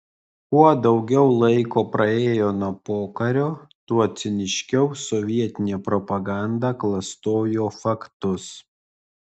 kuo daugiau laiko praėjo nuo pokario tuo ciniškiau sovietinė propaganda klastojo faktus